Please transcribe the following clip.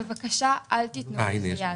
בבקשה, אל תתנו לזה יד.